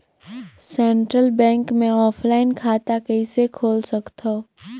Central bank मे offline खाता कइसे खोल सकथव?